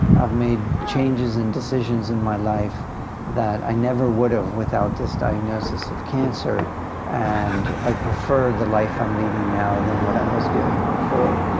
i've made changes and decisions in my life that i never would have without this diagnosis of cancer and i prefer the life i'm leading now than what i was doing before'.